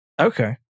Okay